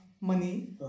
money